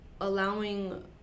allowing